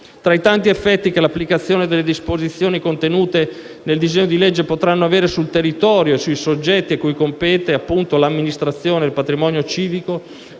Tra i tanti effetti che l'applicazione delle disposizioni contenute nel disegno di legge in esame potranno avere sul territorio e sui soggetti cui compete, appunto, l'amministrazione del patrimonio civico,